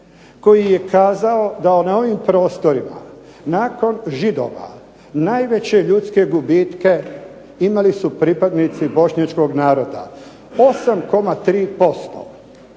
koji je kazao da na ovim prostorima nakon Židova, najveće ljudske gubitke imali su pripadnici bošnjačkog naroda 8,3%